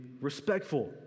respectful